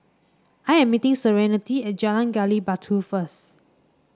I am meeting Serenity at Jalan Gali Batu first